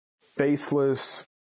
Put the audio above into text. faceless